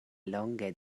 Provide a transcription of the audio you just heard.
longe